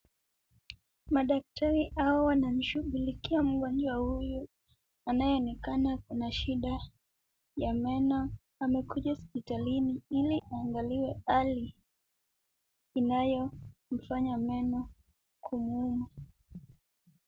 Madaktari hawa wanamshughulikia mgonjwa huyu anayeonekana ana shida ya meno . Amekuja hospitalini ili aangaliwe hali inayomfanya meno kumuuma.